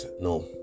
no